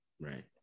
right